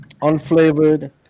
unflavored